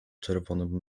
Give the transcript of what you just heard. czerwonym